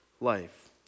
life